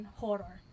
horror